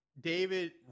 David